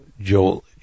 Joel